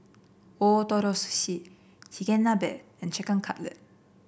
Ootoro Sushi Chigenabe and Chicken Cutlet